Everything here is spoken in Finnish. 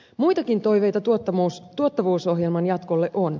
muitakin toiveita tuottavuusohjelman jatkolle on